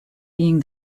being